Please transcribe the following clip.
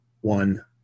one